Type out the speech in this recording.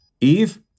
Eve